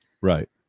right